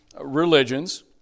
religions